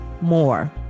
more